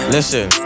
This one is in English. Listen